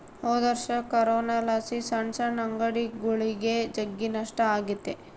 ಹೊದೊರ್ಷ ಕೊರೋನಲಾಸಿ ಸಣ್ ಸಣ್ ಅಂಗಡಿಗುಳಿಗೆ ಜಗ್ಗಿ ನಷ್ಟ ಆಗೆತೆ